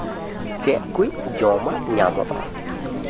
ᱪᱮᱫ ᱠᱚ ᱡᱚᱢᱟᱜ ᱧᱟᱢᱚᱜᱼᱟ